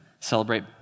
celebrate